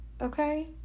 okay